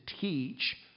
teach